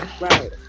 right